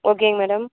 ஓகேங்க மேடம்